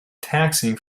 taxing